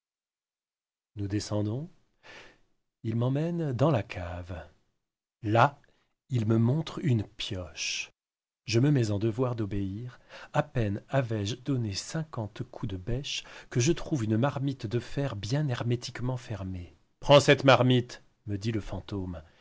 nous descendons il m'emmène dans la cave là il me montre une pioche et me dit fouille je me mets en devoir d'obéir à peine avois je donné cinquante coups de bêche que je trouve une marmite de fer bien hermétiquement fermée prends cette marmitte me dit le fantôme